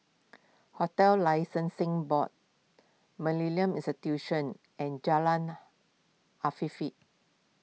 Hotels Licensing Board Millennia Institution and Jalan Afifi